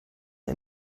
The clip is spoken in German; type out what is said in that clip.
der